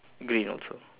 green also